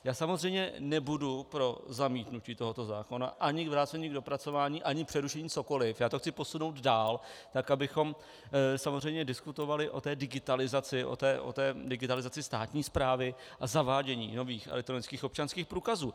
Já samozřejmě nebudu pro zamítnutí tohoto zákona, ani vrácení k dopracování, ani přerušení, cokoliv, já to chci posunout dál tak, abychom samozřejmě diskutovali o té digitalizaci, o digitalizaci státní správy a zavádění nových elektronických občanských průkazů.